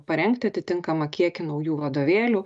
parengti atitinkamą kiekį naujų vadovėlių